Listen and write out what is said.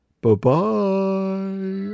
Bye-bye